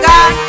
God